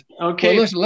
okay